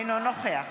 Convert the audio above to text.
אינו נוכח